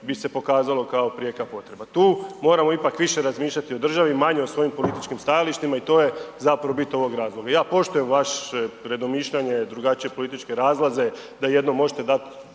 bi se pokazalo kao prijeka potreba. Tu moramo ipak više razmišljati o državi, manje o svojim političkim stajalištima i to je zapravo bit ovog razloga. Ja poštujem vaše predomišljanje, drugačije političke razlaze, da jednom možete dati